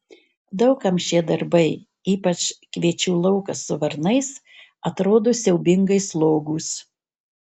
daug kam šie darbai ypač kviečių laukas su varnais atrodo siaubingai slogūs